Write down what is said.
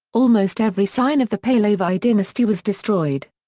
almost every sign of the pahlavi dynasty was destroyed.